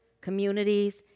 communities